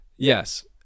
yes